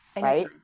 Right